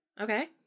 Okay